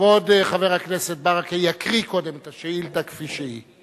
כבוד חבר הכנסת ברכה יקריא קודם כול את השאילתא כפי שהיא.